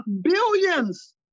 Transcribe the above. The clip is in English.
billions